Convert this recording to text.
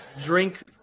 drink